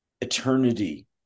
eternity